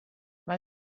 mal